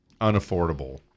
unaffordable